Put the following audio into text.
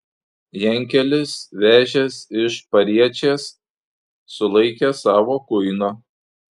jankelis vežęs iš pariečės sulaikė savo kuiną